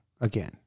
again